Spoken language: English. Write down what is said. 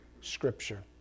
scripture